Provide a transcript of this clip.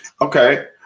okay